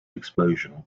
explosion